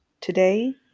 today